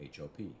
HOP